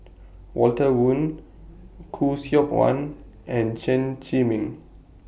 Walter Woon Khoo Seok Wan and Chen Zhiming